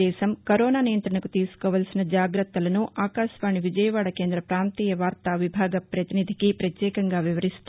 దేశం కరోనా నియంత్రణకు తీసుకోవలసిన జాగ్రత్తలను ఆకాశవాణి విజయవాడ కేంద్ర ప్రాంతీయ వార్తా విభాగ ప్రతినిధికి ప్రత్యేకంగా వివరిస్తూ